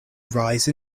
rise